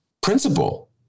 principle